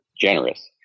generous